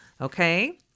Okay